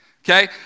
Okay